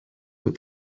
with